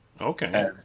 okay